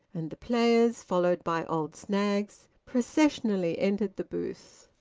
and the players, followed by old snaggs, processionally entered the booth.